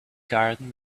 garden